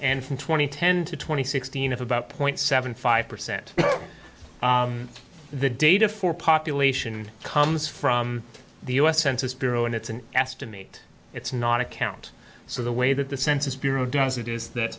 and ten to twenty sixteen of about point seven five percent the data for population comes from the u s census bureau and it's an estimate it's not a count so the way that the census bureau does it is that